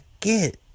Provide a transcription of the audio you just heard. get